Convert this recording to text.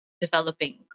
developing